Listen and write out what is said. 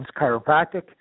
Chiropractic